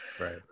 right